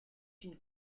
une